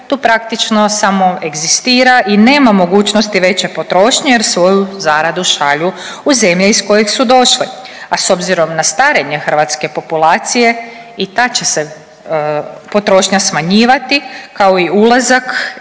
tu praktično samo egzistira i nema mogućnosti veće potrošnje jer svoju zaradu šalju u zemlje iz koje su došle, a s obzirom na starenje hrvatske populacije i ta će se potrošnja smanjivati, kao i ulazak